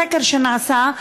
בסקר שנעשה,